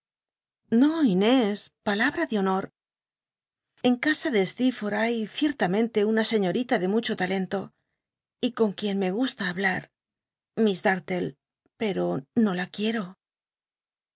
inés palabm de honor en casa de stceforth hay cietamenle una ciiorila de murho talen lo y con quien me gu la haj iar miss dartlc pero no la quiero